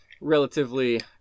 relatively